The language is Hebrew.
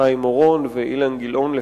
חיים אורון ואילן גילאון,